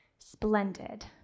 Splendid